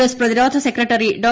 S പ്രതിരോധ secretary ഡോ